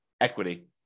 equity